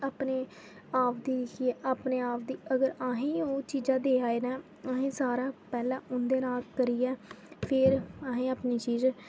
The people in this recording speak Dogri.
अपने आप दी दिक्खियै अपने आप दी अगर अहे्ं ओह् चीज़ां देआ दे न अहे्ं सारा हा पैह्लें उं'दे नांऽ करियै फिर अहे्ं अपनी चीज़